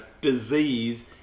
disease